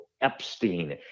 Epstein